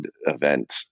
event